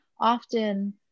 often